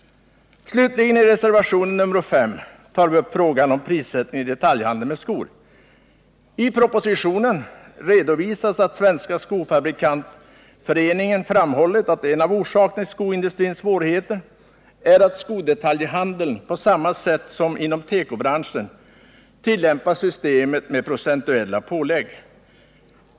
I reservationen 5 slutligen tar vi upp frågan om prissättningen i detaljhandeln med skor. I propositionen redovisas att Svenska skofabrikantföreningen har framhållit att en av orsakerna till skoindustrins svårigheter är att skodetaljhandeln — på samma sätt som inom tekobranschen — tillämpar systemet med procentuella pålägg.